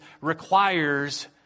requires